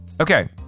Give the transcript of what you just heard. okay